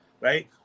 right